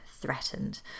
threatened